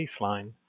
baseline